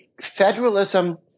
federalism